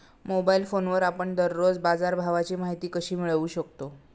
Mobile फोनवर आपण दररोज बाजारभावाची माहिती कशी मिळवू शकतो?